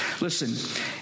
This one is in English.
Listen